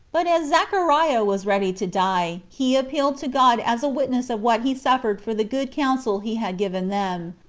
but as zechariah was ready to die, he appealed to god as a witness of what he suffered for the good counsel he had given them,